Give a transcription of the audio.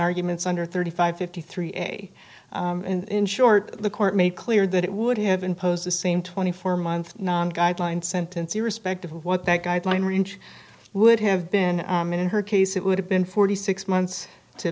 arguments under thirty five fifty three a in short the court made clear that it would have imposed the same twenty four month guideline sentence irrespective of what that guideline range would have been in her case it would have been forty six months to